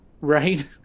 Right